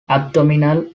abdominal